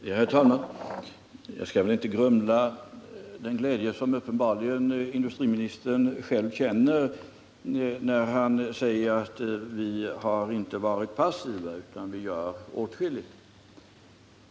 Herr talman! Jag skall väl inte grumla den glädje som uppenbarligen industriministern själv känner, när han säger att vi har inte varit passiva utan att vi gör åtskilligt.